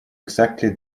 exactly